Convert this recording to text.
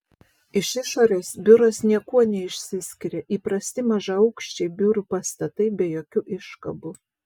iš išorės biuras niekuo neišsiskiria įprasti mažaaukščiai biurų pastatai be jokių iškabų